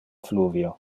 fluvio